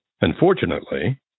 Unfortunately